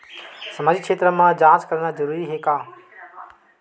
सामाजिक क्षेत्र म जांच करना जरूरी हे का?